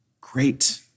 great